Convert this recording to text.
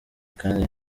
kandi